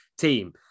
team